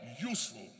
Useful